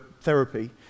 therapy